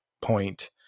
point